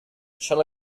shall